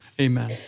Amen